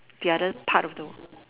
the other part of the world